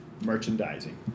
merchandising